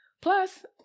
Plus